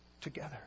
together